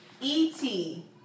E-T